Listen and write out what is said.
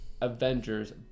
Avengers